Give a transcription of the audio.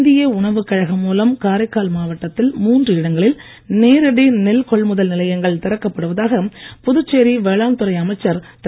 இந்திய உணவுக் கழகம் மூலம் காரைக்கால் மாவட்டத்தில் மூன்று இடங்களில் நேரடி நெல் கொள்முதல் நிலையங்கள் திறக்கப்படுவதாக புதுச்சேரி வேளாண் துறை அமைச்சர் திரு